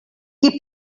qui